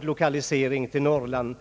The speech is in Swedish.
lokaliseringen i Norrland.